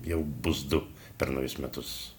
jau bus du per naujus metus